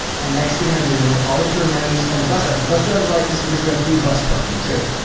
and next thing i knew, all the tour managers and the bus drivers the bus drivers liked us just because we had free bus parking too.